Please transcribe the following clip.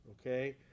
Okay